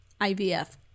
IVF